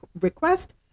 request